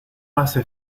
hace